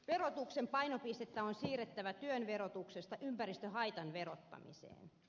verotuksen painopistettä on siirrettävä työn verotuksesta ympäristöhaitan verottamiseen